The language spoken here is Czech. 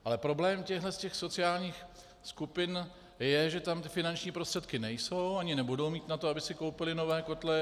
Ale problém těchto sociálních skupin je, že tam finanční prostředky nejsou, ani ti lidé nebudou mít na to, aby si koupili nové kotle.